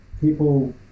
people